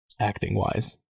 acting-wise